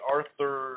Arthur